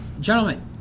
gentlemen